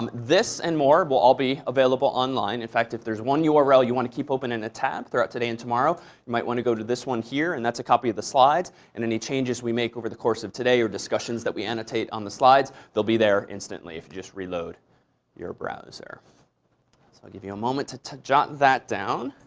um this and more will all be available online. in fact, if there's one url you want to keep open in a tab throughout today and tomorrow, you might want to go to this one here. and that's a copy of the slides. and any changes we make over the course of today or discussions that we annotate on the slides, they'll be there instantly if you just reload your browser. so i'll give you a moment to to jot that down,